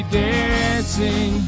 dancing